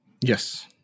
Yes